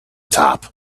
top